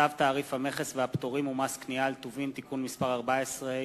צו תעריף המכס והפטורים ומס קנייה על טובין (תיקון מס' 14),